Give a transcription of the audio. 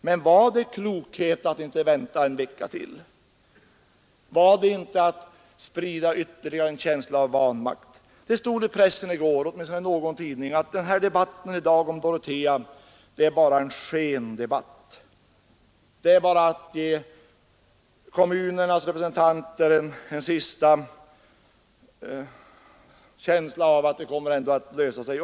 Men var det klokhet att inte vänta en vecka till? Var det inte att ytterligare sprida en känsla av vanmakt? Det stod i pressen, i någon tidning, i går att den här debatten i dag om Dorotea är en skendebatt. Den är bara avsedd att in i det sista ge kommunernas representanter en känsla av att det ändock på något sätt kommer att lösa sig.